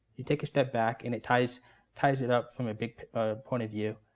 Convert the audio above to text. it takes a step back, and it ties ties it up from a big point of view.